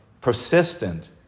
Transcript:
persistent